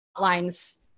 lines